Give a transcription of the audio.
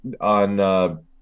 on